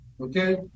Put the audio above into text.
okay